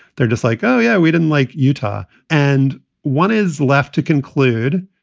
they're just like, oh, yeah, we didn't like utah and one is left to conclude,